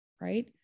right